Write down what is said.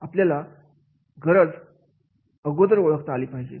आहे आपल्याला गरज अगोदर ओळखता आली पाहिजे